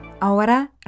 Ahora